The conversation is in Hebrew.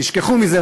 תשכחו מזה,